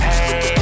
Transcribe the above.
Hey